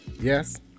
Yes